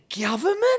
government